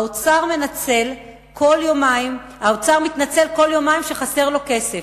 האוצר מתנצל כל יומיים שחסר לו כסף,